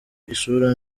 isura